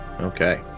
Okay